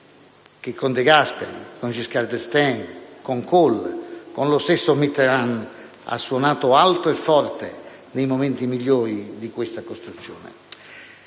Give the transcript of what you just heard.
che con De Gasperi, con Giscard d'Estaing, con Kohl, con lo stesso Mitterrand ha suonato alto e forte nei momenti migliori di questa costruzione.